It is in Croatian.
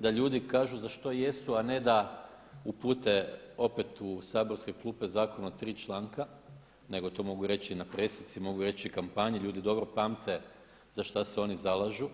da ljudi kažu za što jesu a ne da upute u saborske klupe zakon o tri članka nego to mogu reći i na pressici, mogu reći i kampanji, ljudi dobro pamte za šta se oni zalažu.